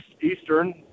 Eastern